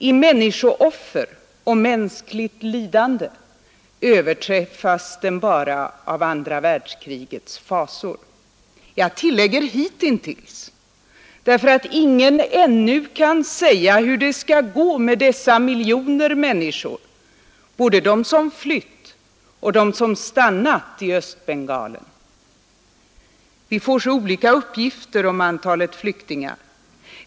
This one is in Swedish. I människooffer och mänskligt lidande överträffas den bara av andra världskrigets fasor. Jag tillägger hitintills, därför att ingen ännu kan säga hur det skall gå med dessa miljoner människor — både de som flytt och de som stannat i Östbengalen. Vi får så olika uppgifter om antalet flyktingar.